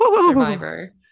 survivor